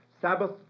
Sabbath